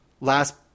last